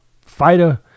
fighter